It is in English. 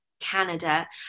Canada